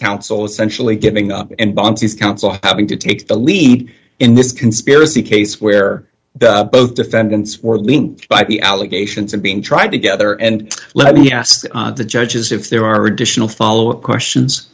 counsel essentially giving up and bombs his counsel having to take the lead in this conspiracy case where both defendants were linked by the allegations of being tried together and let me ask the judges if there are additional follow up questions